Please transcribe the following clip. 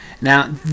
Now